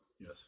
yes